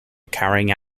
carrying